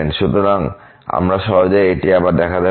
সুতরাং আমরা সহজেই এটি আবার দেখতে পারি